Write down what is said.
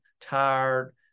tired